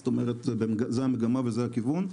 זאת המגמה וזה הכיוון.